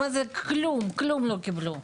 כלום לא קיבלו.